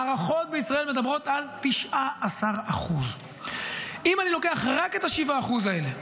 ההערכות בישראל מדברות על 19%. אם אני לוקח רק את ה-7% האלה,